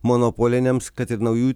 monopolinėms kad ir naujų